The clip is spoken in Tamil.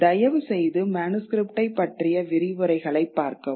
தயவுசெய்து மனுஸ்க்ரிப்ட்டைப் பற்றிய விரிவுரைகளைப் பார்க்கவும்